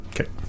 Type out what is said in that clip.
okay